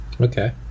Okay